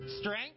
Strength